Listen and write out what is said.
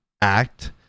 act